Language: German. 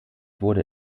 wurde